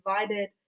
divided